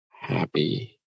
happy